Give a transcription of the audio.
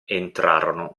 entrarono